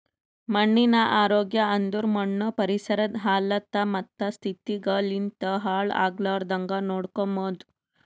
ಮಣ್ಣಿನ ಆರೋಗ್ಯ ಅಂದುರ್ ಮಣ್ಣು ಪರಿಸರದ್ ಹಲತ್ತ ಮತ್ತ ಸ್ಥಿತಿಗ್ ಲಿಂತ್ ಹಾಳ್ ಆಗ್ಲಾರ್ದಾಂಗ್ ನೋಡ್ಕೊಮದ್